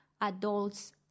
adults